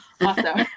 Awesome